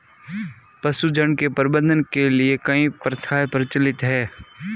पशुझुण्ड के प्रबंधन के लिए कई प्रथाएं प्रचलित हैं